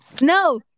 No